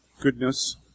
goodness